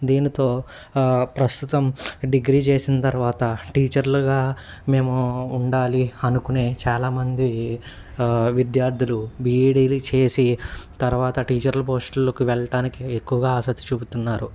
దీనితో ప్రస్తుతం డిగ్రీ చేసిన తరువాత టీచర్లుగా మేము ఉండాలి అనుకునే చాలామంది విద్యార్థులు బీఈడీలు చేసి తరువాత టీచర్ల పోస్టులుకు వెళ్ళటానికి ఎక్కువగా ఆసక్తి చూపుతున్నారు